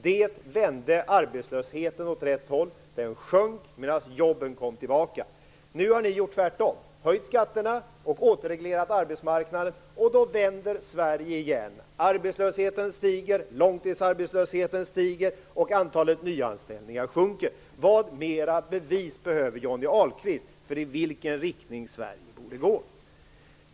Det vände arbetslösheten åt rätt håll. Den sjönk medan jobben kom tillbaka. Nu har ni gjort tvärtom: höjt skatterna och återreglerat arbetsmarknaden. Då vänder Sverige igen. Arbetslösheten stiger. Långtidsarbetslöheten stiger och antalet nyanställningar sjunker. Vad mera bevis behöver Johnny Ahlqvist för i vilken riktning Sverige borde gå?